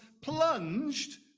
plunged